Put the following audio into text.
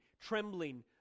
trembling